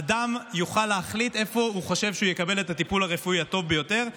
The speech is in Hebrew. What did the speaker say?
אדם יוכל להחליט איפה הוא חושב שהוא יקבל את הטיפול הרפואי הטוב ביותר.